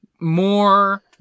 more